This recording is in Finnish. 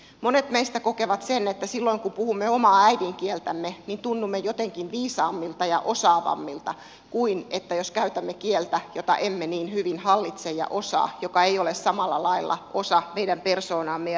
monet meistä kokevat että silloin kun puhumme omaa äidinkieltämme tunnumme jotenkin viisaammilta ja osaavammilta kuin jos käytämme kieltä jota emme niin hyvin hallitse ja osaa ja joka ei ole samalla lailla osa meidän persoonaamme ja identiteettiämme